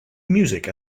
music